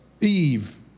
Eve